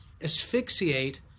asphyxiate